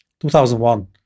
2001